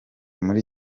muri